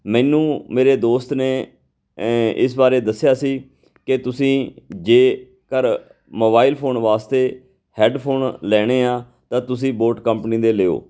ਮੈਨੂੰ ਮੇਰੇ ਦੋਸਤ ਨੇ ਇਸ ਬਾਰੇ ਦੱਸਿਆ ਸੀ ਕਿ ਤੁਸੀਂ ਜੇ ਕਰ ਮੋਬਾਇਲ ਫ਼ੋਨ ਵਾਸਤੇ ਹੈਡਫੋਨ ਲੈਣੇ ਆ ਤਾਂ ਤੁਸੀਂ ਬੋਟ ਕੰਪਨੀ ਦੇ ਲਿਓ